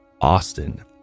Austin